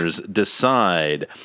decide